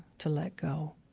to let go.